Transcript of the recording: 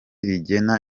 rigena